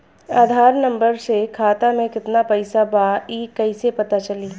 आधार number से खाता में केतना पईसा बा ई क्ईसे पता चलि?